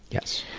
yes,